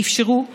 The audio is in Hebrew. ואפשרו לראשונה,